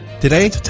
Today